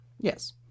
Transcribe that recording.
Yes